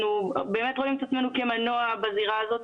אנחנו ובאמת רואים את עצמנו כמנוע בזירה הזאת,